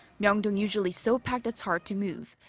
myeongdong usually so packed it's hard to move.